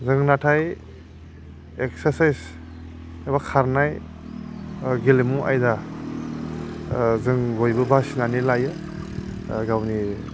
जों नाथाय एक्सारसाइस एबा खारनाय गेलेमु आयदा जों बयबो बासिनानै लायो गावनि